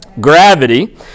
gravity